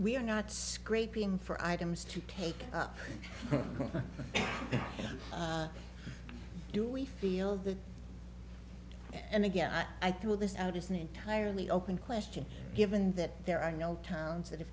we are not scraping for items to take up do we feel that and again i threw this out is an entirely open question given that there are no towns that have